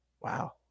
Wow